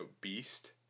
beast